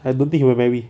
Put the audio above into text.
I don't think he will marry